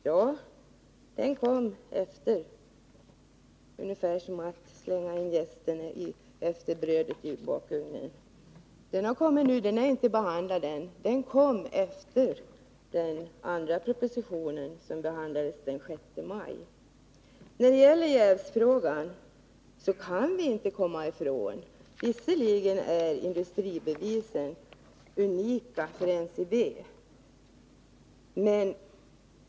Ja, den kom efteråt, ungefär som när man slänger in jästen efter brödet i bakugnen. Den propositionen är ännu inte behandlad. Den kom efter den proposition som behandlades den 6 maj. Jävsfrågan kan vi inte komma ifrån. Visserligen är industribevisen unika för NCB.